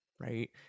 Right